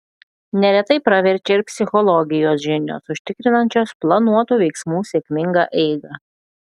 neretai praverčia ir psichologijos žinios užtikrinančios planuotų veiksmų sėkmingą eigą